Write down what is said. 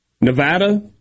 Nevada